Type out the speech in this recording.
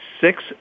six